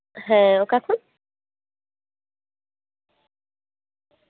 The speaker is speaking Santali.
ᱦᱮᱸ ᱚᱠᱟ ᱠᱷᱚᱡ